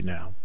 Now